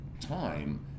time